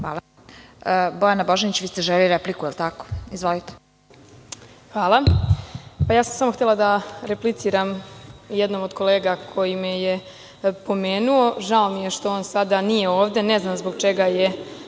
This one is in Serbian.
Kovač** Bojana Božanić, vi ste želeli repliku. Izvolite. **Bojana Božanić** Ja sam samo htela da repliciram jednom od kolega koji me je pomenuo. Žao mi je što on sada nije ovde, ne znam zbog čega je